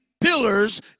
pillars